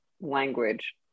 language